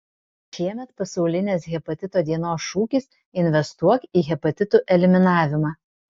šiemet pasaulinės hepatito dienos šūkis investuok į hepatitų eliminavimą